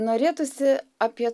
norėtųsi apie